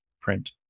print